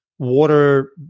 water